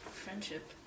friendship